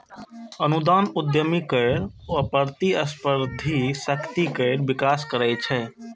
अनुदान उद्यमी केर प्रतिस्पर्धी शक्ति केर विकास करै छै